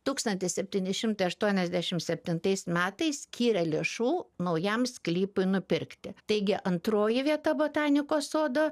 tūkstantis septyni šimtai aštuoniasdešimt septintais metais skyrė lėšų naujam sklypui nupirkti taigi antroji vieta botanikos sodo